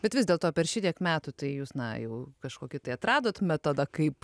bet vis dėlto per šitiek metų tai jūs na jau kažkokį tai atradot metodą kaip